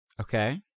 Okay